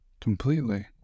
Completely